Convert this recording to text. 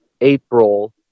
April